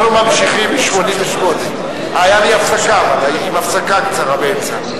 עם הפסקה קצרה באמצע.